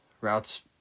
routes